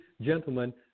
gentlemen